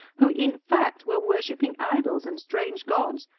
who, in fact, were worshipping idols and strange gods,